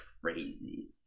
crazy